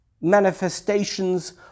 manifestations